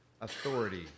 authority